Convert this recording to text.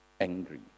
angry